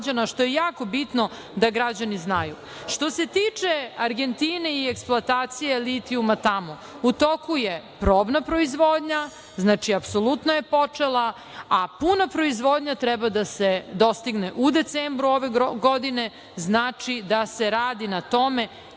što je jako bitno da građani znaju. Što se tiče Argentine i eksploatacije litijuma tamo, u toku je probna proizvodnja. Znači, apsolutno je počela. Puna proizvodnja treba da se dostigne u decembru ove godine. Znači, da se radi na tome.